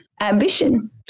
ambition